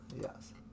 Yes